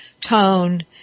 tone